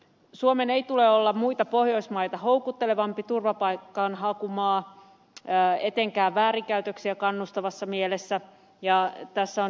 suomen ei tule olla muita pohjoismaita houkuttelevampi turvapaikanhakumaa etenkään väärinkäytöksiä kannustavassa mielessä ja tässä on jo ed